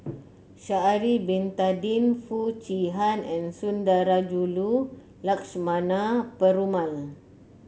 Sha'ari Bin Tadin Foo Chee Han and Sundarajulu Lakshmana Perumal